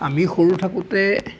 আমি সৰু থাকোঁতে